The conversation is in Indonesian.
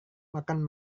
makan